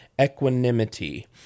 equanimity